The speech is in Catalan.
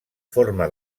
forma